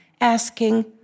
asking